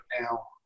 now